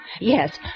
Yes